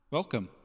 Welcome